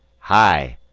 hi!